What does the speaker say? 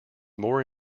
more